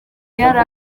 yari